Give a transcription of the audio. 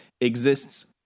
exists